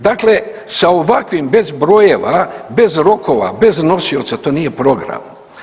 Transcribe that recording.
Dakle, sa ovakvim bez brojeva, bez rokova, bez nosioca to nije program.